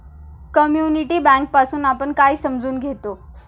Community bank पासुन आपण काय समजून घेतो?